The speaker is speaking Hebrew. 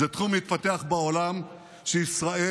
זה תחום מתפתח בעולם שישראל,